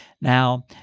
Now